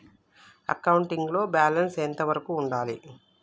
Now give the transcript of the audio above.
Accounting లో balance ఎంత వరకు ఉండాలి?